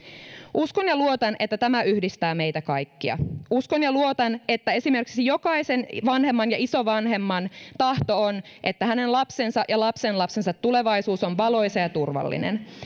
uskon ja luotan että tämä yhdistää meitä kaikkia uskon ja luotan että esimerkiksi jokaisen vanhemman ja isovanhemman tahto on että hänen lapsensa ja lapsenlapsensa tulevaisuus on valoisa ja turvallinen